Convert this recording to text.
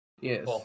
Yes